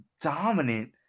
dominant